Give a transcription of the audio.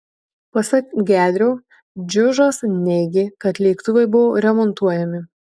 pasak gedrio džiužas neigė kad lėktuvai buvo remontuojami